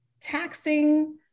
taxing